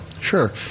Sure